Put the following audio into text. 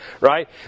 right